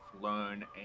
learn